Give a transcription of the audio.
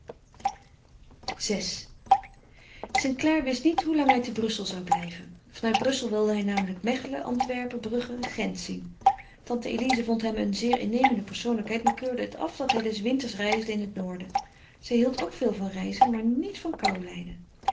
vi st clare wist niet hoe lang hij te brussel zou blijven van uit brussel wilde hij namelijk mechelen antwerpen brugge gent zien tante elize vond hem een zeer innemende persoonlijkheid maar keurde het af dat hij des winters reisde in het noorden zij hield ook veel van reizen maar niet van kou lijden